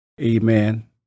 Amen